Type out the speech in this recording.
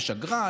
יש אגרה,